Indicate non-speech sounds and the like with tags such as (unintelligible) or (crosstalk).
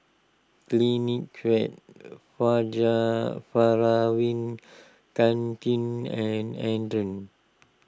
Clinique (unintelligible) Kanken and andre